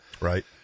Right